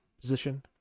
position